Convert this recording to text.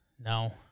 No